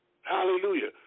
Hallelujah